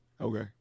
Okay